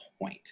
point